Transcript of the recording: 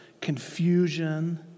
confusion